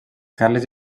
carles